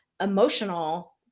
emotional